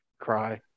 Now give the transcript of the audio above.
cry